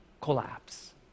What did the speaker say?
collapse